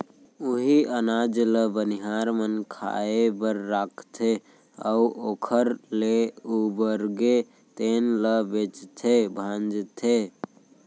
उहीं अनाज ल बनिहार मन खाए बर राखथे अउ ओखर ले उबरगे तेन ल बेचथे भांजथे